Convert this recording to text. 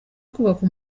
kubaka